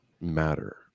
matter